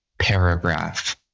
paragraph